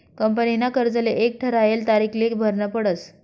कंपनीना कर्जले एक ठरायल तारीखले भरनं पडस